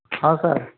हाँ सर